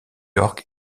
york